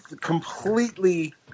completely